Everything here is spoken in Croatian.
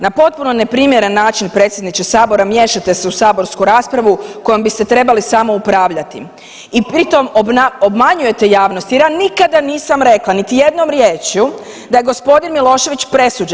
Na potpuno neprimjeren način predsjedniče Sabora miješate se u saborsku raspravu kojom biste trebali samo upravljati i pritom obmanjujete javnost jer ja nikada nisam rekla, niti jednom riječju da je gospodin Milošević presuđen.